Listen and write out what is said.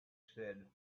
said